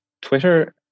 Twitter